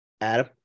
Adam